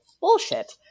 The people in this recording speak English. Bullshit